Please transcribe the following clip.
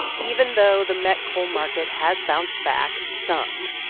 even though the met coal market has bounced back some,